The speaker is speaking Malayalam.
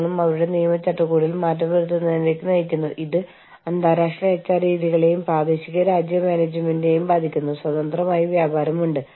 നിങ്ങളുടെ വ്യക്തിപരമായ ആവശ്യങ്ങൾക്ക് നിങ്ങൾ എങ്ങനെ മുൻഗണന നൽകുന്നു നിങ്ങൾക്ക് പ്രധാനപ്പെട്ടതെന്തും മറ്റൊരു രാജ്യത്ത് ആളുകൾക്ക് സ്വീകാര്യമായേക്കില്ല